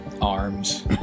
Arms